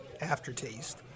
aftertaste